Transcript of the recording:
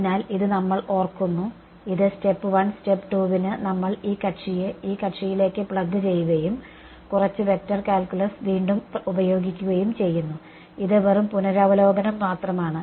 അതിനാൽ ഇത് നമ്മൾ ഓർക്കുന്നു ഇത് സ്റ്റെപ്പ് 1 സ്റ്റെപ്പ് 2 വിന് നമ്മൾ ഈ കക്ഷിയെ ഈ കക്ഷിയിലേക്ക് പ്ലഗ് ചെയ്യുകയും കുറച്ച് വെക്റ്റർ കാൽക്കുലസ് വീണ്ടും ഉപയോഗിക്കുകയും ചെയ്യുന്നു ഇത് വെറും പുനരവലോകനം മാത്രമാണ്